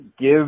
give